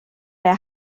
der